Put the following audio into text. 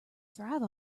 thrive